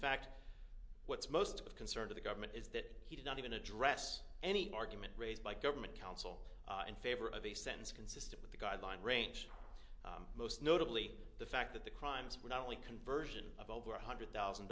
fact what's most of concern to the government is that he did not even address any argument raised by government counsel in favor of a sentence consistent with the guideline range most notably the fact that the crimes were not only conversion of over one hundred thousand